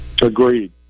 Agreed